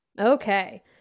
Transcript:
Okay